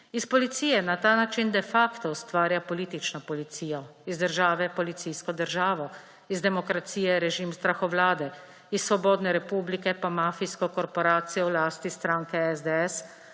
Iz policije na ta način de facto ustvarja politično policijo, iz države policijsko državo, iz demokracije režim strahovlade, iz svobodne republike pa mafijsko korporacijo v lasti stranke SDS,